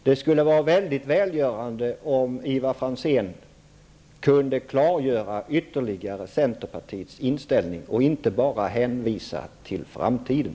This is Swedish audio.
Det skulle vara väldigt välgörande om Ivar Franzén ytterligare kunde klargöra centerpartiets inställning i stället för att bara hänvisa till framtiden.